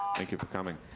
thank you for coming.